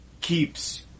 keeps